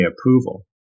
approval